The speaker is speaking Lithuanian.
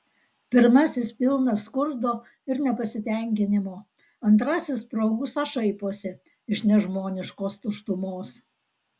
pirmasis pilnas skurdo ir nepasitenkinimo antrasis pro ūsą šaiposi iš nežmoniškos tuštumos